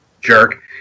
jerk